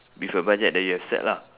with a budget that you have set lah